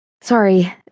Sorry